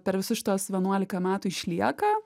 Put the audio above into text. per visus šituos vienuolika metų išlieka